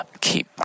keep